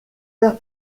père